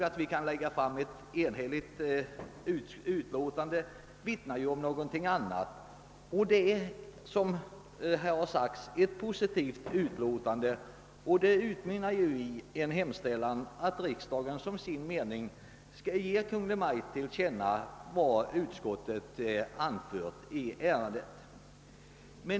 Att utlåtandet är enhälligt vittnar dock om något annat; det är, som har sagts, ett positivt utlåtande som utmynnar i en hemställan att riksdagen skall ge Kungl. Maj:t till känna vad utskottet anfört i ärendet.